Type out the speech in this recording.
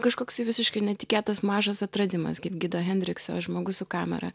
kažkoksai visiškai netikėtas mažas atradimas kaip gido hendrikso žmogus su kamera